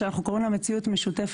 שאנחנו קוראים לה מציאות משותפת,